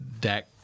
Dak